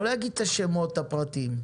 לא להגיד את השמות הפרטיים,